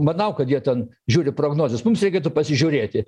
manau kad jie ten žiūri prognozes mums reikėtų pasižiūrėti